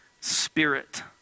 spirit